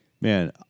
Man